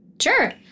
Sure